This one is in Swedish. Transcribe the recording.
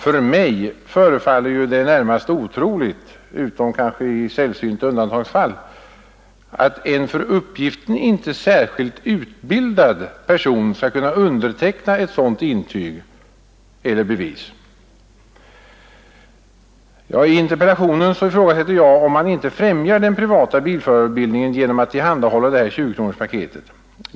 För mig förefaller det närmast otroligt, utom i sällsynta undantagsfall, att en för uppgiften inte särskilt utbildad person skall kunna underteckna ett sådant intyg eller bevis. I interpellationen ifrågasätter jag, om man inte främjar den privata bilförarutbildningen genom att tillhandahålla det här 20-kronorspaketet.